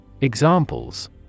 Examples